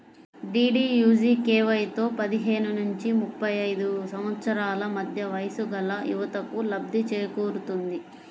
డీడీయూజీకేవైతో పదిహేను నుంచి ముప్పై ఐదు సంవత్సరాల మధ్య వయస్సుగల యువతకు లబ్ధి చేకూరుతుంది